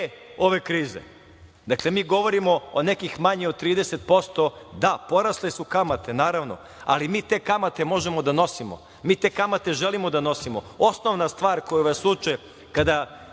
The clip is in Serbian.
ove krize. Dakle, mi govorimo o nekim manje od 30%.Da, porasle su kamate, naravno, ali mi te kamate možemo da nosimo. Mi te kamate želimo da nosimo. Osnovna stvar koju vas uče kada